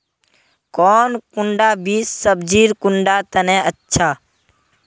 कौन कुंडा बीस सब्जिर कुंडा तने अच्छा?